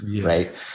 right